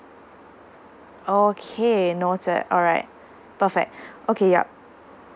okay noted alright perfect okay yup